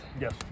yes